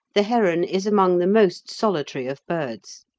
the heron is among the most solitary of birds,